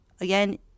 Again